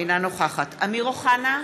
אינה נוכחת אמיר אוחנה,